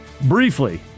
Briefly